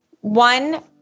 One